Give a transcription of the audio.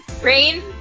Rain